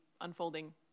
unfolding